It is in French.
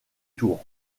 tour